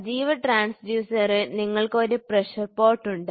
സജീവ ട്രാൻസ്ഫ്യൂസറിൽ നിങ്ങൾക്ക് ഒരു പ്രഷർ പോർട്ട് ഉണ്ട്